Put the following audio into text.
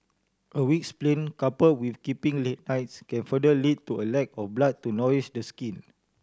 a weak spleen coupled with keeping late nights can further lead to a lack of blood to nourish the skin